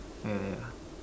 ya ya